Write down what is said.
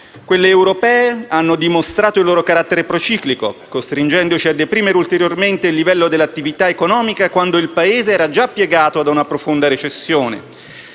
Quelle europee hanno dimostrato il loro carattere prociclico, costringendoci a deprimere ulteriormente il livello dell'attività economica quando il Paese era già piegato da una profonda recessione.